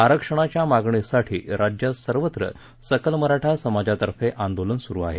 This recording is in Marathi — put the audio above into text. आरक्षणाच्या मागणीसाठी राज्यात सर्वत्र सकल मराठा समाजातर्फे आंदोलन सुरु आहे